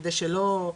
כדי שלא,